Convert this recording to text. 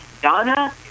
Donna